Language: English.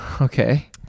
Okay